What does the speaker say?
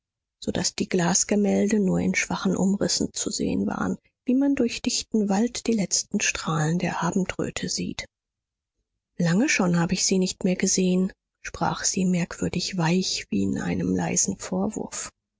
so daß die glasgemälde nur in schwachen umrissen zu sehen waren wie man durch dichten wald die letzten strahlen der abendröte sieht lange schon habe ich sie nicht mehr gesehen sprach sie merkwürdig weich wie in einem leisen vorwurf